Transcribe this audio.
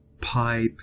pipe